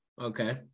Okay